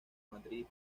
madrid